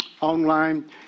online